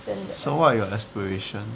so what are your aspiration